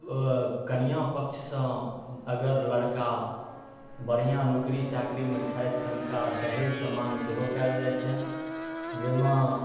कनिऑं पक्ष सँ अगर लड़का बढ़िऑं नौकरी चाकरी मे छथि तऽ हुनका दहेज के माँग सेहो कयल जाइत छनि जाहिमे